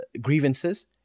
grievances